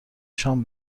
شام